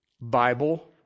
Bible